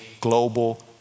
global